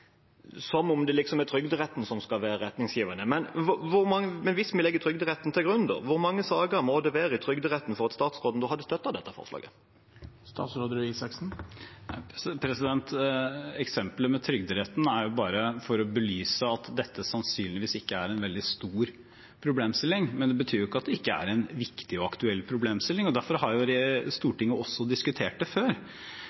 som ikke vil ta arbeid på grunn av religiøse reservasjoner – som om det liksom er Trygderetten som skal være retningsgivende. Men hvis vi legger Trygderetten til grunn, hvor mange saker må det være i Trygderetten for at statsråden hadde støttet dette forslaget? Eksemplet med Trygderetten er bare for å belyse at dette sannsynligvis ikke er en veldig stor problemstilling, men det betyr jo ikke at det ikke er en viktig og aktuell problemstilling, og derfor har